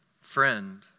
friend